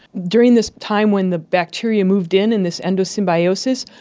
during this time when the bacteria moved in and this endosymbiosis,